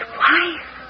wife